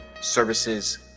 services